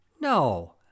No